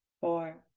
four